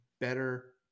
better